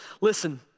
Listen